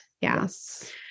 Yes